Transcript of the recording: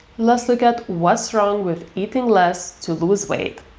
let's look at what's wrong with eating less to lose weight.